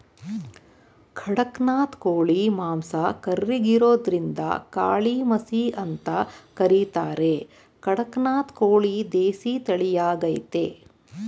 ಖಡಕ್ನಾಥ್ ಕೋಳಿ ಮಾಂಸ ಕರ್ರಗಿರೋದ್ರಿಂದಕಾಳಿಮಸಿ ಅಂತ ಕರೀತಾರೆ ಕಡಕ್ನಾಥ್ ಕೋಳಿ ದೇಸಿ ತಳಿಯಾಗಯ್ತೆ